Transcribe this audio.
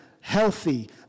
healthy